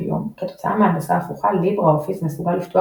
כיום כתוצאה מהנדסה הפוכה ליברה אופיס מסוגל לפתוח